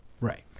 Right